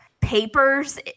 papers